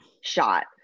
shot